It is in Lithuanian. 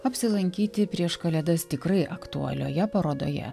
apsilankyti prieš kalėdas tikrai aktualioje parodoje